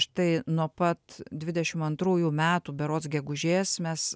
štai nuo pat dvidešim antrųjų metų berods gegužės mes